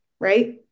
right